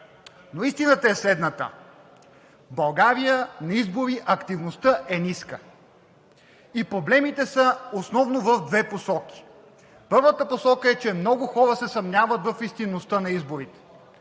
но истината е следната. В България на избори активността е ниска и проблемите са основно в две посоки. Първата посока е, че много хора се съмняват в истинността на изборите.